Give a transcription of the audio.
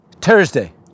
Thursday